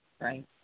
Right